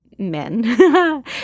men